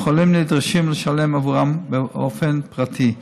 והחולים נדרשים לשלם עבורן באופן פרטי.